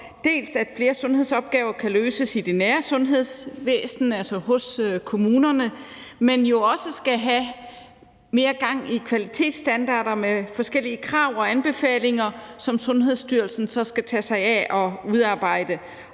for, at flere sundhedsopgaver kan løses i det nære sundhedsvæsen, altså hos kommunerne, men hvor vi jo også skal have mere gang i kvalitetsstandarder med forskellige krav og anbefalinger, som Sundhedsstyrelsen så skal tage sig af at udarbejde.